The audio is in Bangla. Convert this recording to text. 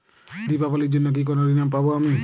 দীপাবলির জন্য কি কোনো ঋণ পাবো আমি?